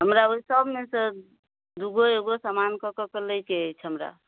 हमरा ओहि सबमे सऽ दूगो एगो समान कऽ कऽ कऽ लैके अछि हमरा